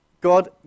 God